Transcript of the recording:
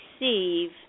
receive